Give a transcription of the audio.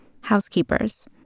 housekeepers